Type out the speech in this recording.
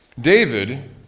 David